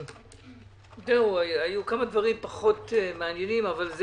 היו כמה דברים פחות מעניינים אבל זה